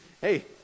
hey